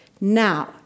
Now